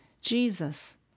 Jesus